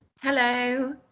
Hello